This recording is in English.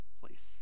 place